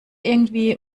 irgendwie